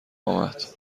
آمد